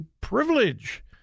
privilege